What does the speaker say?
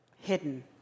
hidden